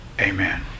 Amen